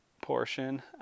portion